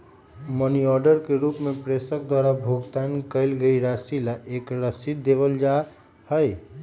money order के रूप में प्रेषक द्वारा भुगतान कइल गईल राशि ला एक रसीद देवल जा हई